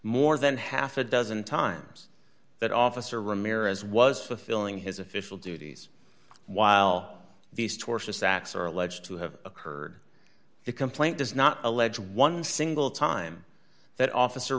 more than half a dozen times that officer ramirez was fulfilling his official duties while these tortious acts are alleged to have occurred the complaint does not allege one single time that officer